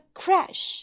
crash